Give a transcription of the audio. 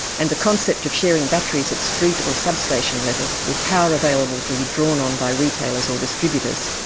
and the concept of sharing batteries at street or substation level, with power available to be drawn on by retailers or distributors,